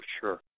sure